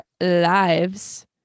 lives